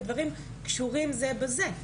כי הדברים קשורים זה בזה.